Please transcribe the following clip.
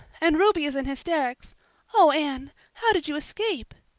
and ruby is in hysterics oh, anne, how did you escape?